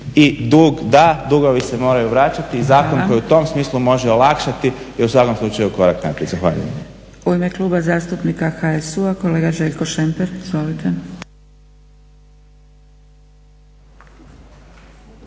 I dug, da, dugovi se moraju vraćati i zakon koji u tom smislu može olakšati je u svakom slučaju korak naprijed. Zahvaljujem.